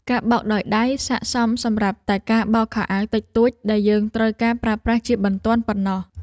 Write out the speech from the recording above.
ការបោកដោយដៃស័ក្តិសមសម្រាប់តែការបោកខោអាវតិចតួចដែលយើងត្រូវការប្រើប្រាស់ជាបន្ទាន់ប៉ុណ្ណោះ។